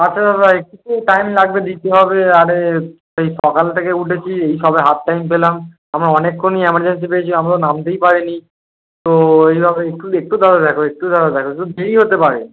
আচ্ছা দাদা একটু টাইম লাগবে দিতে হবে আরে সেই সকাল থেকে উঠেছি এই সবে হাফ টাইম পেলাম আমরা অনেকক্ষণই এমার্জেন্সি পেয়েছি আমরা তো নামতেই পারি নি তো এইভাবে একটু একটু দাঁড়ান একটু দাঁড়ান একটু দেরি হতে পারে